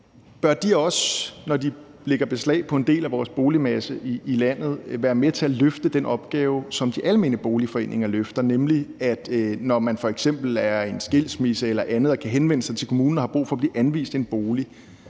jeg sige, at når de lægger beslag på en del af vores boligmasse i landet, bør de også være med til at løfte den opgave, som de almene boligforeninger løfter. Når man f.eks. er i en skilsmisse eller andet, kan man henvende sig til kommunen, fordi man har brug for at blive anvist en bolig,